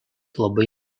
labai